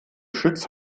schütz